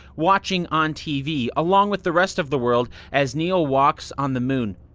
watching on tv, along with the rest of the world, as neil walks on the moon.